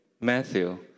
Matthew